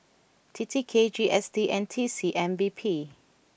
T T K G S T and T C M P B